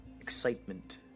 excitement